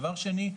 דבר שני,